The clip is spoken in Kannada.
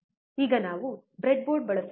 ಈಗ ನಾವು ಬ್ರೆಡ್ಬೋರ್ಡ್ ಬಳಸುತ್ತೇವೆ